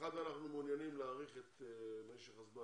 אנחנו מעוניינים להאריך את משך הזמן